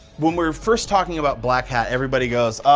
when we're first talking about black hat, everybody goes, oh,